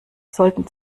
sollten